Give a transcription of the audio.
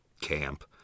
camp